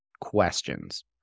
questions